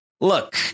look